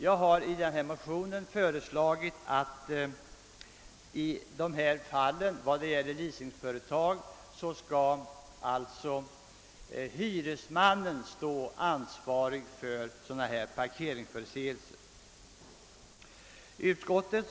Jag har därför i motionen föreslagit att när det gäller leasingföretag skall hyresmannen stå ansvarig för parkeringsförseelser.